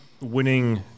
winning